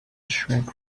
shriek